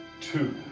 Two